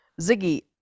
Ziggy